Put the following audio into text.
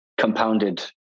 compounded